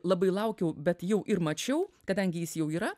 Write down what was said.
labai laukiau bet jau ir mačiau kadangi jis jau yra